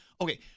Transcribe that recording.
Okay